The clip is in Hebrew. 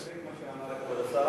אני מסתפק במה שאמר כבוד השר.